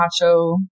macho